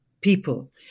people